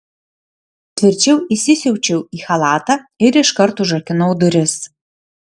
tvirčiau įsisiaučiau į chalatą ir iškart užrakinau duris